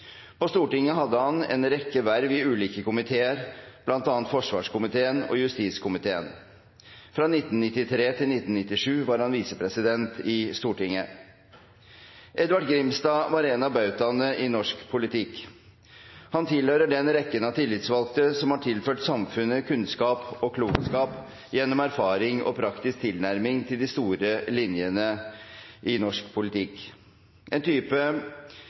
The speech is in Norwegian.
På Stortinget hadde han en rekke verv i ulike komiteer, bl.a. forsvarskomiteen og justiskomiteen. Fra 1993 til 1997 var han visepresident i Stortinget. Edvard Grimstad var en av bautaene i norsk politikk. Han tilhørte den rekken av tillitsvalgte som har tilført samfunnet kunnskap og klokskap gjennom erfaring og praktisk tilnærming til de store linjene i norsk politikk, en type